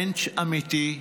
מענטש אמיתי,